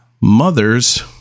mothers